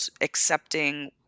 accepting